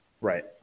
Right